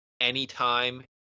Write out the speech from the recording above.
anytime